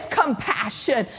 compassion